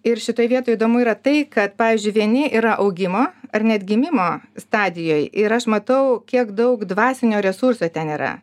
ir šitoj vietoj įdomu yra tai kad pavyžiui vieni yra augimo ar net gimimo stadijoj ir aš matau kiek daug dvasinio resurso ten nėra